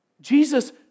Jesus